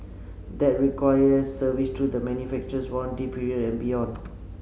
that requires service through the manufacturer's warranty period and beyond